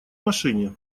машине